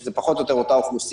שזה פחות או יותר אותה אוכלוסייה.